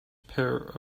pair